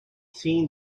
seen